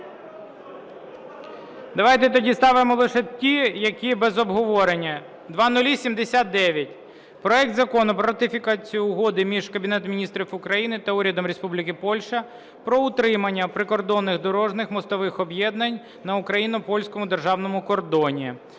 Давайте тоді ставимо лише ті, які без обговорення. 0079. Проект Закону про ратифікацію Угоди між Кабінетом Міністрів України та Урядом Республіки Польща про утримання прикордонних дорожніх мостових об'єктів на українсько-польському державному кордоні